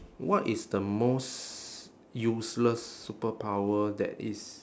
what is the most useless superpower that is